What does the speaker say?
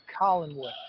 Collinwood